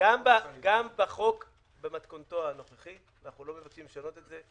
גם בחוק במתכונתו הנוכחית אנחנו לא מבקשים לשנות את זה.